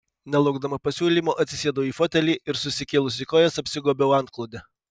nelaukdama pasiūlymo atsisėdau į fotelį ir susikėlusi kojas apsigobiau antklode